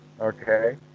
Okay